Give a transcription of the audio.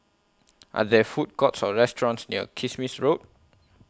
Are There Food Courts Or restaurants near Kismis Road